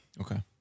Okay